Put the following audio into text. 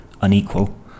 unequal